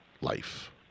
life